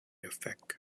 affect